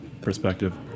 perspective